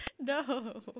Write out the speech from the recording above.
No